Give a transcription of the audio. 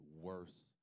worse